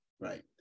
Right